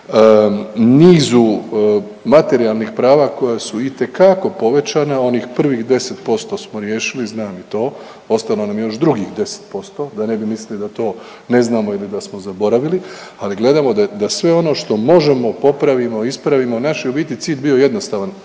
nizu materijalnih prava koja su itekako povećana, onih prvih 10% smo riješili znam i to, ostalo nam je još drugih 10% da ne bi mislili da to ne znamo ili da smo zaboravili, ali gledajmo da sve ono što možemo popravimo i ispravimo, naš je u biti cilj bio jednostavan.